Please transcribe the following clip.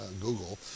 Google